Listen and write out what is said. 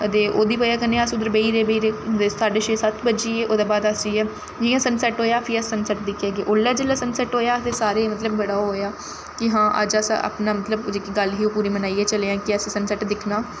अते ओह्दी ब'जा कन्नै अस उद्धर बेही रेह् बेही रेह् साढे छे सत्त बज्जी ए ओह्दे बाद अस जि'यां जि'यां सन सैट्ट होएआ फ्ही सन सैट्ट दिक्खियै गे ओल्लै जेल्लै सन सैट्ट होएआ असें सारें मतलब बड़ा ओह् होएआ कि हां अज्ज अस अपना मतलब ओह् जेह्की गल्ल ही ओह् मनाइयै चले आं कि असें सन सैट्ट दिक्खिना